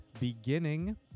beginning